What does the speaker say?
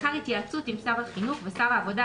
לאחר התייעצות עם שר החינוך ושר העבודה,